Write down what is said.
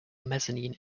mezzanine